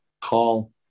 call